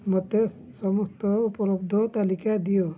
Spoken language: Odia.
ମୋତେ ସମସ୍ତ ଉପଲବ୍ଧ ତାଲିକା ଦିଅ